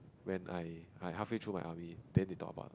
when I I my halfway through my army then they talk about